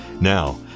Now